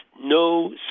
no